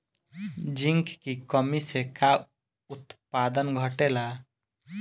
Zinc की कमी से का उत्पादन घटेला?